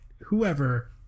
whoever